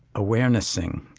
awareness-ing.